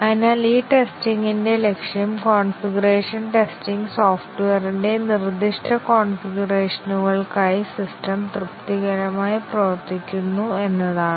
അതിനാൽ ഈ ടെസ്റ്റിംഗിന്റെ ലക്ഷ്യം കോൺഫിഗറേഷൻ ടെസ്റ്റിംഗ് സോഫ്റ്റ്വെയറിന്റെ നിർദ്ദിഷ്ട കോൺഫിഗറേഷനുകൾക്കായി സിസ്റ്റം തൃപ്തികരമായി പ്രവർത്തിക്കുന്നു എന്നതാണ്